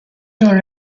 dans